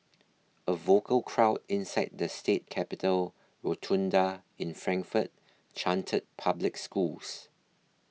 a vocal crowd inside the state capitol rotunda in Frankfort chanted public schools